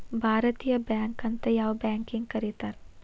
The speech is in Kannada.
ಭಾರತೇಯ ಬ್ಯಾಂಕ್ ಅಂತ್ ಯಾವ್ ಬ್ಯಾಂಕಿಗ್ ಕರೇತಾರ್?